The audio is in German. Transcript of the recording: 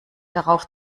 darauf